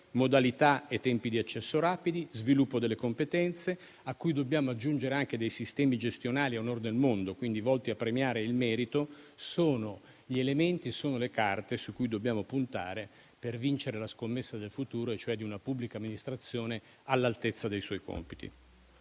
modalità e tempi di accesso rapidi, nonché sviluppo delle competenze, a cui dobbiamo aggiungere anche sistemi gestionali a onor del mondo, quindi volti a premiare il merito, sono gli elementi e le carte su cui dobbiamo puntare per vincere la scommessa del futuro: una pubblica amministrazione all'altezza dei suoi compiti.